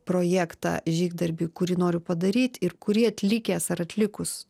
projektą žygdarbį kurį noriu padaryt ir kurį atlikęs ar atlikus